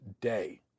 day